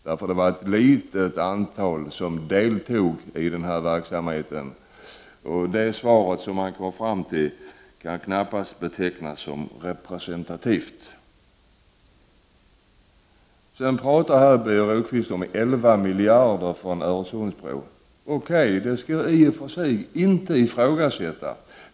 Det var bara ett litet antal som deltog i verksamheten. Det svar som man fick kan knappast betecknas som representativt. Sedan talar Birger Rosqvist om att kostnaden för Öresundsbron är 11 miljarder. Okej, det skall i och för sig inte ifrågasättas.